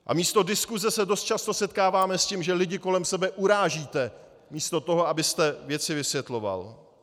A místo diskuse se dost často setkáváme s tím, že lidi kolem sebe urážíte místo toho, abyste věci vysvětloval.